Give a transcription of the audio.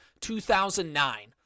2009